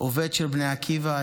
עובד של בני עקיבא,